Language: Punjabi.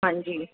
ਹਾਂਜੀ